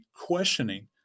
questioning